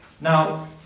Now